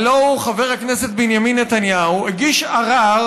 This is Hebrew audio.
הלוא הוא חבר הכנסת בנימין נתניהו, הגיש ערר